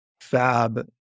fab